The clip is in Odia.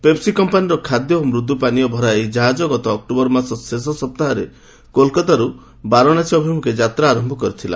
ପେପ୍ସୀ କମ୍ପାନୀର ଖାଦ୍ୟ ଓ ମୃଦ୍ୟୁ ପାନୀୟ ଭରା ଏହି ଜାହାଜ ଗତ ଅକ୍ଟୋବର ମାସ ଶେଷ ସପ୍ତାହରେ କୋଲ୍କାତାରୁ ବାରାଣସୀ ଅଭିମୁଖେ ଯାତ୍ରା ଆରମ୍ଭ କରିଥିଲା